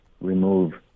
remove